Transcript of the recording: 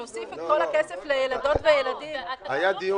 להוסיף את כל הכסף לילדות וילדים --- היה דיון עם